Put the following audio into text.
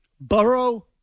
Burrow